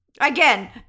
Again